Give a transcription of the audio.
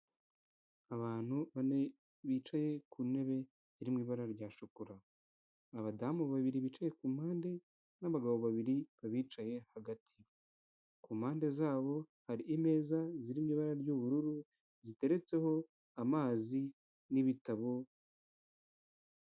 Abantu bane bicaye ku ntebe iri mu ibara rya shokora, abadamu babiri bicaye ku mpande, n'abagabo babiri bicaye hagati , ku mpande zabo hari imeza ziri mu ibara ry'ubururu ziteretseho amazi n'ibitabo.